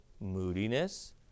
moodiness